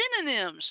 Synonyms